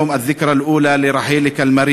היום אנו מציינים את יום השנה הראשון ללכתך מעמנו.